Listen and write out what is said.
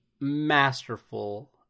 Masterful